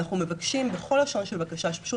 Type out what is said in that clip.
אנחנו מבקשים בכל לשון של בקשה שפשוט